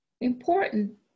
important